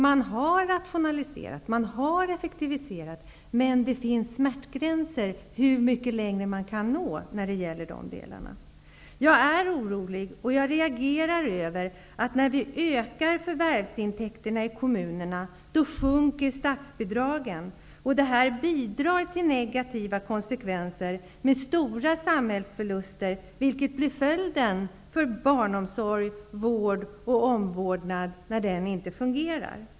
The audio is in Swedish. Man har rationaliserat och effektiviserat, men det finns smärtgränser för hur mycket längre som man kan nå i de avseendena. Jag är orolig och jag reagerar över att när vi ökar förvärvsintäkterna i kommunerna, sjunker statsbidragen. Detta får negativa konsekvenser och leder till stora samhällsförluster. Så blir fallet när barnomsorg, vård och omvårdnad inte fungerar.